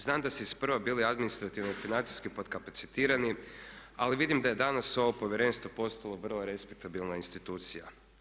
Znam da ste isprva bili administrativno i financijski potkapacitirani ali vidim da je danas ovo povjerenstvo postalo vrlo respektabilna institucija.